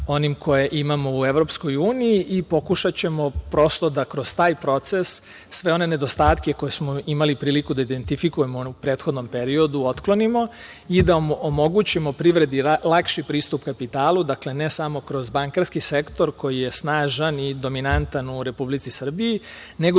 onim koje imamo u Evropskoj uniji. Pokušaćemo prosto da kroz taj proces sve one nedostatke koje smo imali priliku da identifikujemo u onom prethodnom periodu otklonimo i da omogućimo privredi lakši pristup kapitalu, ne samo kroz bankarski sektor koji je snažan i dominantan u Republici Srbiji, nego